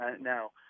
Now